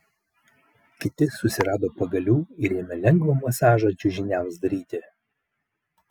kiti susirado pagalių ir ėmė lengvą masažą čiužiniams daryti